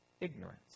ignorance